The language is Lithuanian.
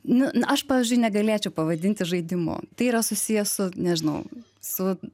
nu aš pavyzdžiui negalėčiau pavadinti žaidimu tai yra susiję su nežinau su